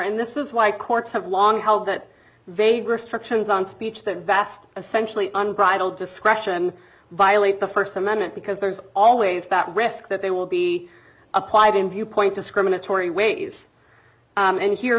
and this is why courts have long held that they were structures on speech that vast essentially unbridled discretion violate the st amendment because there's always that risk that they will be applied in viewpoint discriminatory ways and here